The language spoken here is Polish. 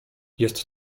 jest